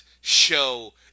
show